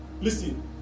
Listen